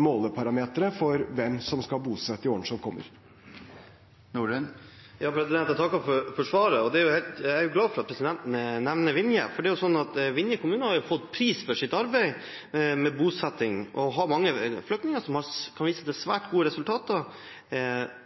måleparametere for hvem som skal bosette i årene som kommer. Jeg takker for svaret. Jeg er glad for at statsråden nevner Vinje, for Vinje kommune har jo fått en pris for sitt arbeid med bosetting og har mange flyktninger som kan vise til svært gode resultater